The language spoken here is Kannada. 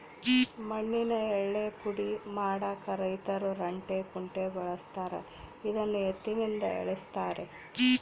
ಮಣ್ಣಿನ ಯಳ್ಳೇ ಪುಡಿ ಮಾಡಾಕ ರೈತರು ರಂಟೆ ಕುಂಟೆ ಬಳಸ್ತಾರ ಇದನ್ನು ಎತ್ತಿನಿಂದ ಎಳೆಸ್ತಾರೆ